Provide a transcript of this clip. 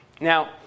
Now